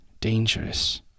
dangerous